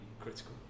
critical